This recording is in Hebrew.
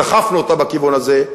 דחפנו אותה בכיוון הזה,